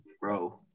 Bro